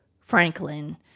Franklin